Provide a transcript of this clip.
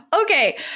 okay